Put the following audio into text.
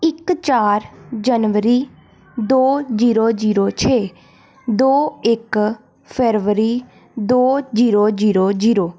ਇੱਕ ਚਾਰ ਜਨਵਰੀ ਦੋ ਜ਼ੀਰੋ ਜ਼ੀਰੋ ਛੇ ਦੋ ਇੱਕ ਫਰਵਰੀ ਦੋ ਜ਼ੀਰੋ ਜ਼ੀਰੋ ਜ਼ੀਰੋ